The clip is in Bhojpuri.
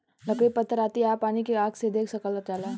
लकड़ी पत्थर आती आ पानी के आँख से देख सकल जाला